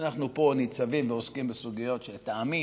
שאנחנו ניצבים ועוסקים פה בסוגיות שלטעמי